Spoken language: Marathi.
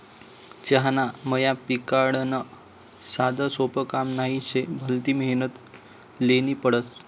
चहाना मया पिकाडनं साधंसोपं काम नही शे, भलती मेहनत ल्हेनी पडस